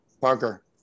Parker